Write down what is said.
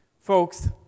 Folks